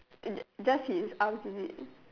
it's just his arms is it